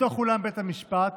בתוך אולם בית המשפט,